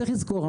צריך לזכור,